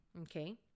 Okay